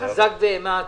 חזק ואמץ